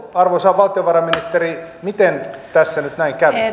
arvoisa valtiovarainministeri miten tässä nyt näin kävi